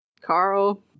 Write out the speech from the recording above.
Carl